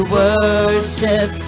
worship